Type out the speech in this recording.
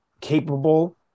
capable